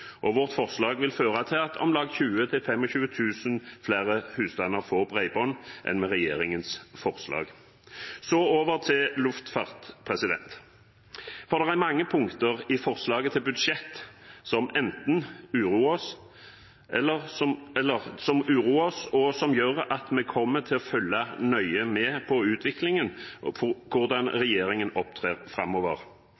og vårt forslag vil føre til at om lag 20 000–25 000 flere husstander får bredbånd enn med regjeringens forslag. Så over til luftfart. Det er mange punkter i forslaget til budsjett som uroer oss, og som gjør at vi kommer til å følge nøye med på utviklingen og på hvordan